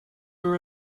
her